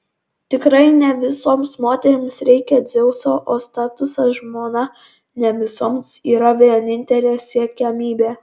tikrai ne visoms moterims reikia dzeuso o statusas žmona ne visoms yra vienintelė siekiamybė